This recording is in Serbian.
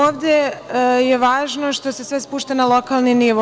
Ovde je važno što se sve spušta na lokalni nivo.